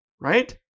right